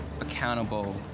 accountable